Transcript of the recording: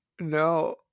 No